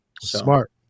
Smart